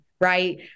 right